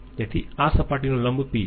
તેથી આ સપાટીનો લંબ p છે